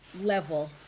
level